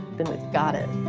then we've got it.